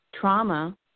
trauma